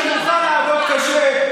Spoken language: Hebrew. שמוכן לעבוד קשה,